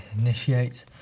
initiates,